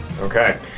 Okay